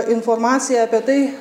informaciją apie tai